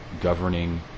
governing